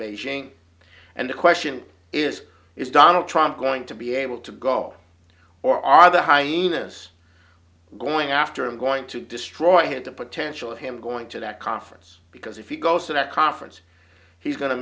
beijing and the question is is donald trump going to be able to go or are the hyenas going after him going to destroy it the potential of him going to that conference because if he goes to that conference he's go